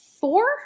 four